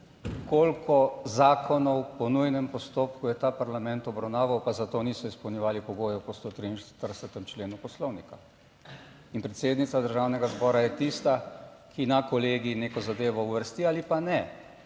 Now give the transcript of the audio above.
koliko zakonov po nujnem postopku je ta parlament obravnaval, pa za to niso izpolnjevali pogojev po 143. členu Poslovnika. In predsednica Državnega zbora je tista, ki na Kolegij neko zadevo uvrsti ali pa ne.